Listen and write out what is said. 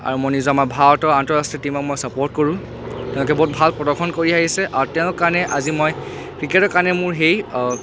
আৰু মই নিজৰ আমাৰ ভাৰতৰ আন্তঃৰাষ্ট্ৰীয় টিমক মই ছাপোৰ্ট কৰোঁ তেওঁলোকে বহুত ভাল প্ৰদৰ্শন কৰি আহিছে আৰু তেওঁৰ কাৰণে আজি মই ক্ৰিকেটৰ কাৰণে মোৰ সেই